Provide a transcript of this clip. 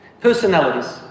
Personalities